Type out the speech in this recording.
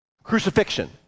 Crucifixion